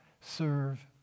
serve